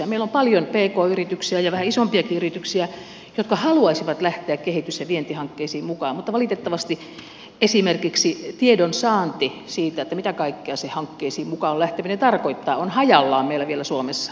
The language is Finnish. meillä on paljon pk yrityksiä ja vähän isompiakin yrityksiä jotka haluaisivat lähteä kehitys ja vientihankkeisiin mukaan mutta valitettavasti esimerkiksi tiedonsaanti siitä mitä kaikkea se hankkeisiin mukaan lähteminen tarkoittaa on hajallaan vielä meillä suomessa